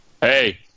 Hey